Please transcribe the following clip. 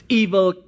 evil